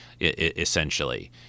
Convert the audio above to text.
essentially